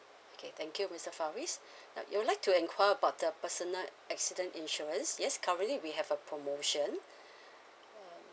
okay thank you mister faris now you would like to inquire about the personal accident insurance yes currently we have a promotion uh